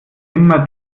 immer